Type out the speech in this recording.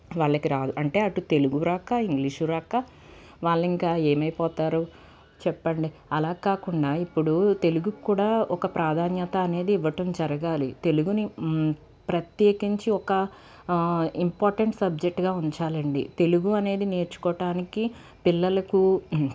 వాళ్లకి రాదు అంటే అటు తెలుగు రాక ఇంగ్లీషు రాక వాళ్ళు ఇంకా ఏమైపోతారు చెప్పండి అలా కాకుండా ఇప్పుడు తెలుగు కూడా ఒక ప్రాధాన్యత అనేది ఇవ్వటం జరగాలి తెలుగుని ప్రత్యేకించి ఒక ఇంపార్టెన్స్ సబ్జెక్టుగా ఉంచాలండి తెలుగు అనేది నేర్చుకోవడానికి పిల్లలకు